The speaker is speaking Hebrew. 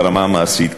ברמה המעשית,